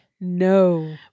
No